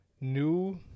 New